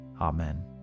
Amen